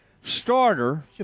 starter